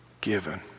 given